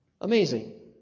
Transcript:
Amazing